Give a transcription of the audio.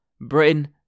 Britain